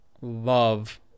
love